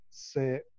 Say